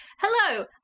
Hello